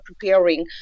preparing